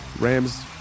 Rams